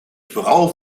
vooral